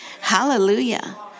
Hallelujah